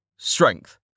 Strength